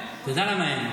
אתה יודע למה אין.